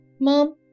Mom